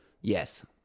Yes